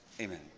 Amen